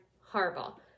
horrible